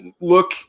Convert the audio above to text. look